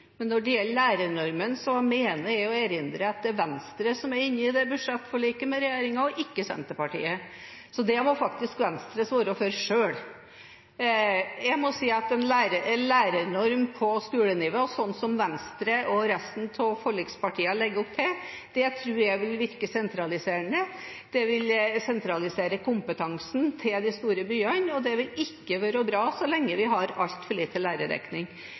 men når det gjelder lærernormen, mener jeg å erindre at det er Venstre som er inne i det budsjettforliket med regjeringen – og ikke Senterpartiet. Så det må faktisk Venstre svare for selv. Jeg må si at en lærernorm på skolenivå, sånn som Venstre og resten av forlikspartiene legger opp til, tror jeg vil virke sentraliserende. Det vil sentralisere kompetansen til de store byene, og det vil ikke være bra så lenge vi har altfor lav lærerdekning.